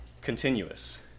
continuous